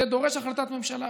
זה דורש החלטת ממשלה.